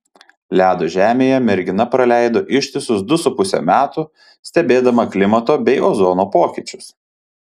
ledo žemėje mergina praleido ištisus du su puse metų stebėdama klimato bei ozono pokyčius